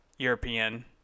European